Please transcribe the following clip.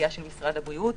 עיקרון